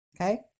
Okay